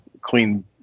clean